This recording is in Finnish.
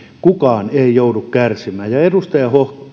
kukaan ei joudu kärsimään edustaja